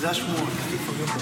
אני קובע כי הצעת חוק איסור הפליה